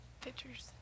Pictures